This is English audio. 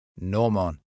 Norman